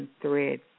thread